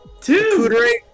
Two